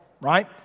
right